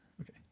Okay